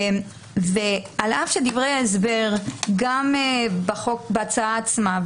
על אף שדברי ההסבר בהצעה עצמה,